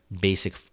basic